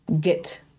get